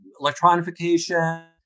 electronification